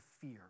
fear